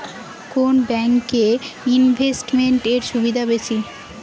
কোন ব্যাংক এ ইনভেস্টমেন্ট এর সুবিধা বেশি?